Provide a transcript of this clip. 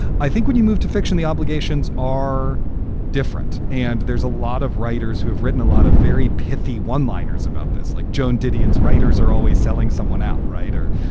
i think when you move to fiction, the obligations are different. different. and there's a lot of writers who have written a lot of very pithy one liners about this. like joan didion's writers are always selling someone out writer.